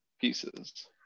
pieces